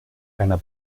einer